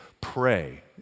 pray